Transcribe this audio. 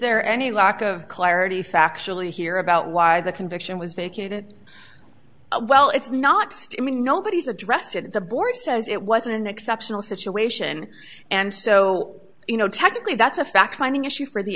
there any lack of clarity factually here about why the conviction was vacated well it's not to me nobody's addressed the board says it wasn't an exceptional situation and so you know technically that's a fact finding issue for the